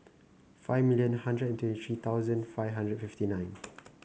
five million hundred and twenty three thousand five hundred fifty nine